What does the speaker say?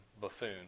buffoon